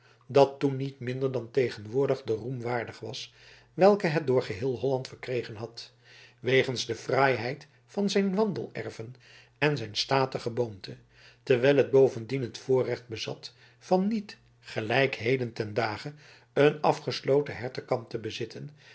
dat toen niet minder dan tegenwoordig den roem waardig was welken het door geheel holland verkregen had wegens de fraaiheid van zijn wandeldreven en zijn statig geboomte terwijl het bovendien het voorrecht bezat van niet gelijk heden ten dage een afgesloten hertenkamp te bezitten